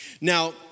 Now